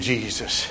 Jesus